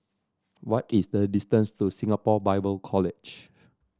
what is the distance to Singapore Bible College